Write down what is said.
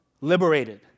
liberated